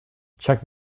check